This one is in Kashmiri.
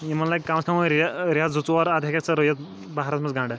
یِمن لَگہِ کَم از کَم وُنہِ ریٚتھ زٕ ژوٗر اَدٕ ہیٚکیٚکھ ژٕ رُیِتھ بَہارَس منٛز گَنٛڈٕ